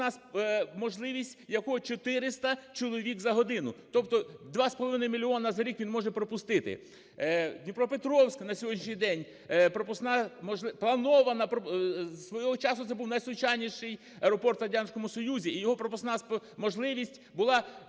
можливість якого 400 чоловік за годину. Тобто 2,5 мільйона за рік він може пропустити. Дніпропетровськ на сьогоднішній день пропускна… планована… свого часу це був найсучасніший аеропорт у Радянському Союзі, і його пропускна можливість була